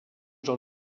dans